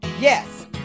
Yes